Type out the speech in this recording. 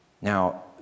Now